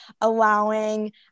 allowing